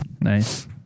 Nice